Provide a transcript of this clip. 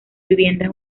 viviendas